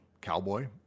cowboy